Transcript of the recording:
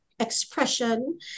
expression